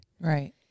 Right